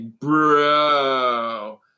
Bro